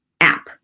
app